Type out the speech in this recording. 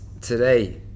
today